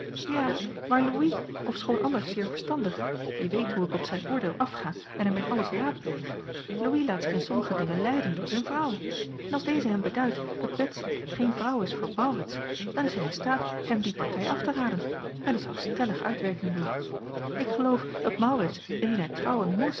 ja maar louis ofschoon anders zeer verstandig je weet hoe ik op zijn oordeel afga en hem in alles raadpleeg louis laat zich in sommige dingen leiden door zijn vrouw en als deze hem beduidt dat betsy geen vrouw is voor maurits dan is hij in staat hem die partij af te raden en dat zou stellig uitwerking doen ik geloof dat maurits indien hij trouwen moest